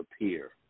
appear